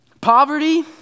Poverty